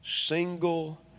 single